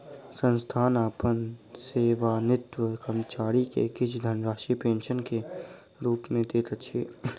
संस्थान अपन सेवानिवृत कर्मचारी के किछ धनराशि पेंशन के रूप में दैत अछि